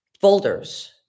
folders